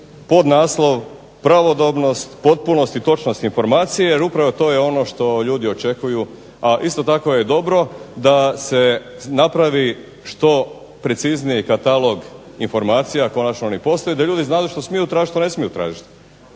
podnaslov pravodobnost, točnost i potpunost informacije jer upravo to je ono što ljudi očekuju a isto tako je dobro da se napravi što precizniji katalog informacija, konačno... da ljudi znaju što smiju tražiti, što ne smiju tražiti.